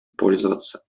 пользоваться